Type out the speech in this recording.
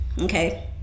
Okay